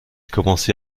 commencé